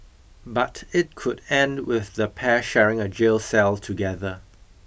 but it could end with the pair sharing a jail cell together